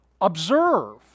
Observe